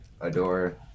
adore